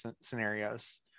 scenarios